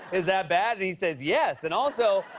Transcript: is that bad? and he says, yes. and, also,